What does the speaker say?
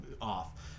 off